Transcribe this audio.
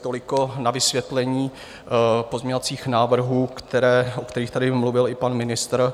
Toliko na vysvětlení pozměňovacích návrhů, o kterých tady mluvil i pan ministr.